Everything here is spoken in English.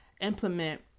implement